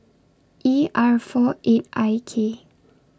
E R four eight I K